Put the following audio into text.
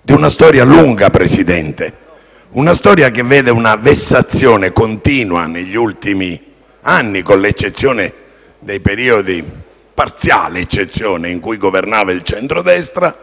di una storia lunga, Presidente; una storia che vede una vessazione continua negli ultimi anni - con l'eccezione parziale dei periodi in cui governava il centrodestra